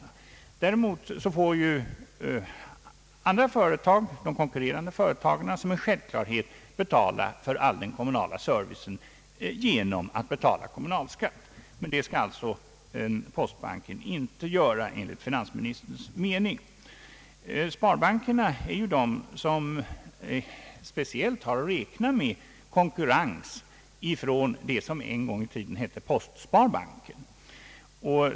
Däremot får de konkurrerande företagen som en självklarhet genom kommunalskatt betala för all kommunal service. Det skall alltså postbanken enligt finansministerns mening inte göra. Sparbankerna är de som speciellt har att räkna med konkurrens från vad som en gång hette postsparbanken.